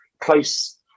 close